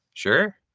Sure